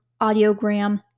audiogram